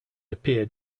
appeared